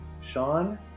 Sean